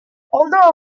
although